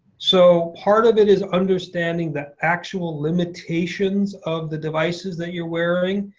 so part of it is understanding the actual limitations of the devices that you're wearing.